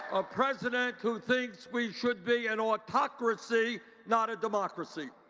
a president who thinks we should be an autocracy, not a democracy